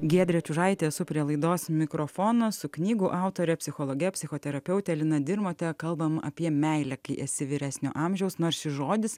giedrė čiužaitė esu prie laidos mikrofono su knygų autore psichologe psichoterapeute lina dirmote kalbame apie meilę kai esi vyresnio amžiaus nors šis žodis